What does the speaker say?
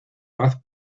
paz